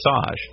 massage